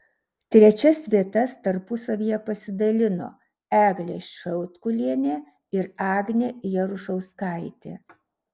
trečias vietas tarpusavyje pasidalino eglė šiaudkulienė ir agnė jarušauskaitė